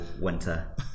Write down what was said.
winter